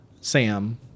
Sam